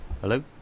Hello